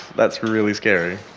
that's really scary.